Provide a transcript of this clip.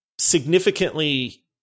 significantly